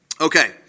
Okay